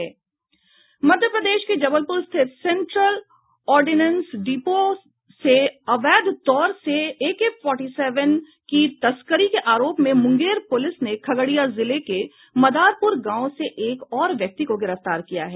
मध्य प्रदेश के जबलप्र स्थित central ordnance depot से अवैध तौर से ऐके फोरटी सेवेन की तस्करी के आरोप में मुंगेर पुलिस ने खगड़िया जिले के मदारपुर गांव से एक और व्यक्ति को गिरफ्तार किया है